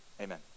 Amen